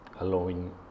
allowing